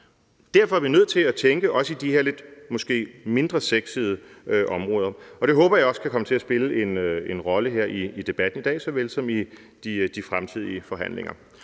Derfor er vi nødt til at tænke også på de her måske lidt mindre sexede områder. Det håber jeg også kan komme til at spille en rolle her i debatten i dag så vel som i de fremtidige forhandlinger.